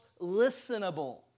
listenable